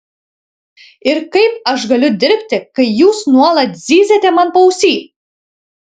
ir kaip aš galiu dirbti kai jūs nuolat zyziate man paausy